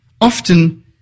often